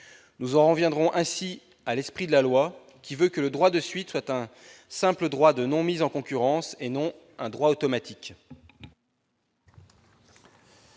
Nous en reviendrons ainsi à l'esprit de la loi, qui veut que le droit de suite soit un simple droit de non-mise en concurrence, et non un droit automatique